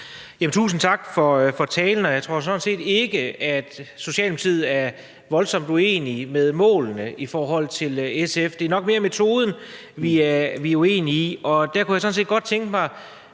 Tusind tak for talen. Jeg tror sådan set ikke, at Socialdemokratiet er voldsomt uenige med SF i forhold til målene – det er nok mere metoden, vi er uenige om. Og der kunne jeg sådan set godt tænke mig